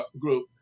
group